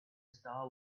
star